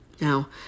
Now